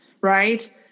Right